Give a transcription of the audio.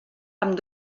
amb